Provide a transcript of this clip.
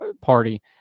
party